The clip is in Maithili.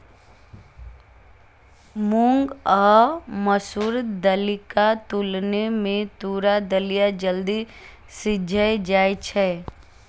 मूंग आ मसूर दालिक तुलना मे तूर दालि जल्दी सीझ जाइ छै